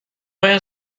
باید